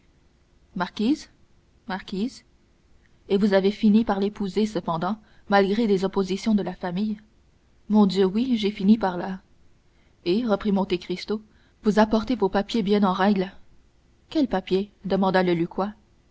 marquise marquise et vous avez fini par l'épouser cependant malgré les oppositions de la famille mon dieu oui j'ai fini par là et reprit monte cristo vous apportez vos papiers bien en règle quels papiers demanda le lucquois